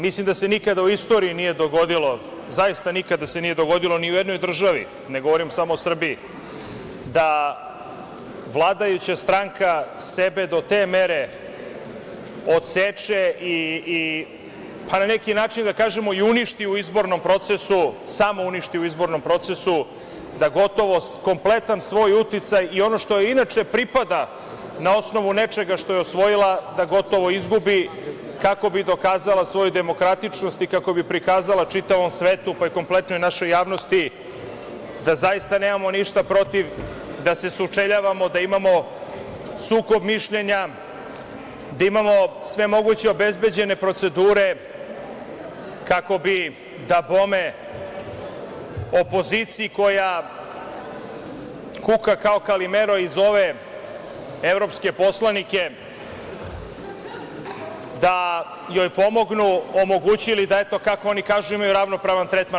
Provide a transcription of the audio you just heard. Mislim da se nikada u istoriji nije dogodilo, zaista se nikada nije dogodilo ni u jednoj državi, ne govorim samo o Srbiji, da vladajuća stranka sebe do te mere odseče i na neki način uništi u izbornom procesu, samouništi u izbornom procesu, da gotovo kompletan svoj uticaj i ono što joj inače pripada na osnovu nečega što je osvojila gotovo izgubi, kako bi dokazala svoju demokratičnost i kako bi prikazala čitavom svetu, pa i kompletnoj našoj javnosti, da zaista nemamo ništa protiv da se sučeljavamo, da imamo sukob mišljenja, da imamo sve moguće obezbeđene procedure kako bi, dabome, opoziciji koja kuka kao Kalimero i zove evropske poslanike da joj pomognu omogućili da, kako oni kažu, imaju ravnopravan tretman.